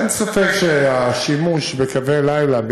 אין ספק שהשימוש בקווי לילה,